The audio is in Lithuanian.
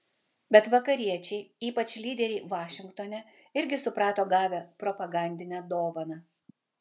bet vakariečiai ypač lyderiai vašingtone irgi suprato gavę propagandinę dovaną